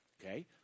Okay